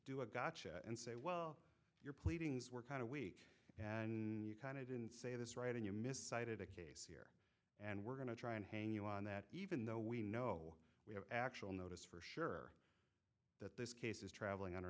do a gotcha and say well your pleadings were kind of weak and you kind of didn't say this right and you miss cited a case and we're going to try and hang you on that even though we know we have actual notice for sure that this case is traveling under